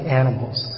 animals